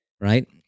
right